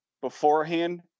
beforehand